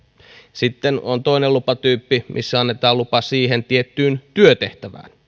sitten on toinen lupatyyppi missä annetaan lupa siihen tiettyyn työtehtävään